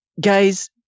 guys